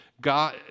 God